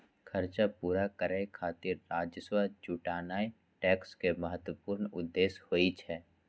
खर्च पूरा करै खातिर राजस्व जुटेनाय टैक्स के महत्वपूर्ण उद्देश्य होइ छै